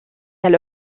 elle